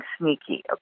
sneaky